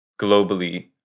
globally